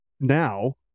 Now